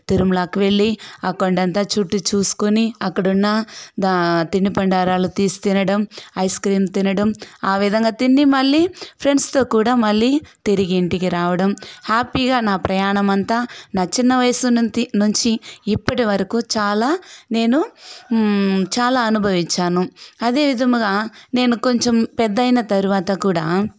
తిరుమలాకి వెళ్ళి ఆ కొండంత చుట్టి చూసుకుని అక్కడున్న దా తినుబండారాలు తీసి తినడం ఐస్ క్రీమ్ తినడం ఆ విధంగా తిని మళ్లీ ఫ్రెండ్స్తో కూడా మళ్లీ తిరిగి ఇంటికి రావడం హ్యాపీగా నా ప్రయాణం అంతా నా చిన్న వయసు నుచ్చి నుంచి ఇప్పటివరకు చాలా నేను చాలా అనుభవించాను అదేవిధముగా నేను కొంచెం పెద్దయన తర్వాత కూడా